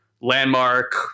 Landmark